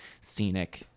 scenic